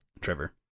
Trevor